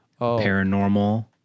paranormal